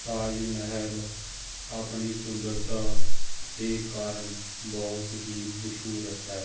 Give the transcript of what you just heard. ਤਾਜ ਮਹਿਲ ਆਪਣੀ ਸੁੰਦਰਤਾ ਦੇ ਕਾਰਨ ਬਹੁਤ ਹੀ ਮਸ਼ਹੂਰ ਹੈ